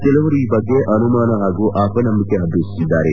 ಕೆಲವರು ಈ ಬಗ್ಗೆ ಅನುಮಾನ ಹಾಗೂ ಅಪನಂಬಿಕೆ ಹಬ್ಬಿಸುತ್ತಿದ್ದಾರೆ